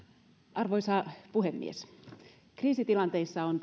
arvoisa puhemies kriisitilanteissa on